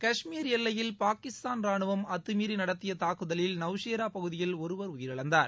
கஷ்மீர் எல்லையில் பாகிஸ்தான் ராணுவம் அத்துமீறி நடத்திய தாக்குதலில் நவ்ஷேரா பகுதியில் ஒருவர் உயிரிழந்தார்